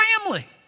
family